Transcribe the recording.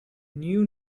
knew